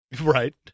Right